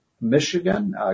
Michigan